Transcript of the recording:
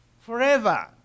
forever